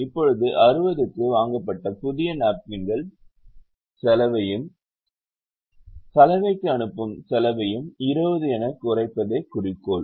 இப்போது 60 க்கு வாங்கப்பட்ட புதிய நாப்கின்களை வாங்குவதற்கான செலவையும் சலவைக்கு அனுப்பும் செலவையும் 20 எனக் குறைப்பதே குறிக்கோள்